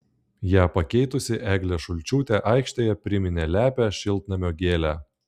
ją pakeitusi eglė šulčiūtė aikštėje priminė lepią šiltnamio gėlę